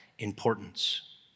importance